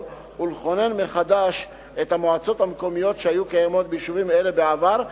ולכונן מחדש את המועצות המקומיות שהיו קיימות ביישובים אלה בעבר,